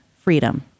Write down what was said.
freedom